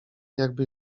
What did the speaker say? jakby